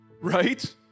right